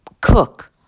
cook